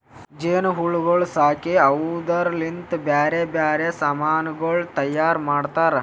ಜೇನು ಹುಳಗೊಳ್ ಸಾಕಿ ಅವುದುರ್ ಲಿಂತ್ ಬ್ಯಾರೆ ಬ್ಯಾರೆ ಸಮಾನಗೊಳ್ ತೈಯಾರ್ ಮಾಡ್ತಾರ